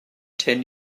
ten